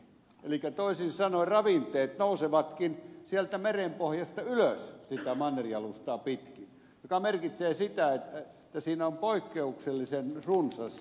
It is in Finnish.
elikkä toisin sanoen ravinteet nousevatkin sieltä merenpohjasta ylös sitä mannerjalustaa pitkin mikä merkitsee sitä että siinä on poikkeuksellisen runsas eliöstö